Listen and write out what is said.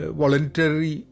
voluntary